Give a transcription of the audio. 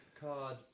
card